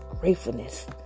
gratefulness